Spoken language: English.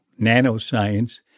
nanoscience